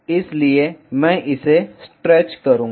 इसलिए मैं इसे स्ट्रेच करूंगा